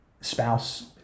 spouse